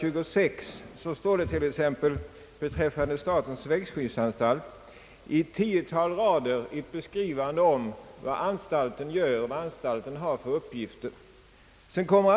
26 behandlas t.ex. statens växtskyddsanstalt. På ett tiotal rader beskrivs där vad anstalten gör och vilka uppgifter den har.